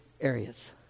areas